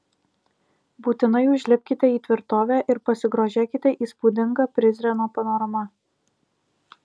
būtinai užlipkite į tvirtovę ir pasigrožėkite įspūdinga prizreno panorama